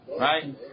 right